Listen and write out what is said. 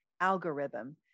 algorithm